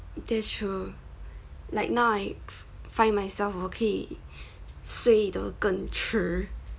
that's true like now I find myself 我可以睡到更迟